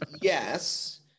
yes